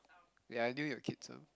ya your kids ah